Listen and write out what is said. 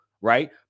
right